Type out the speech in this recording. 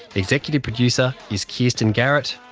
executive producer is kirsten garrett.